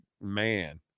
man